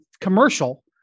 commercial